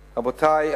רבותי,